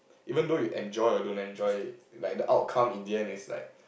even though you enjoy or don't enjoy like the outcome in the end is like